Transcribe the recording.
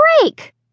break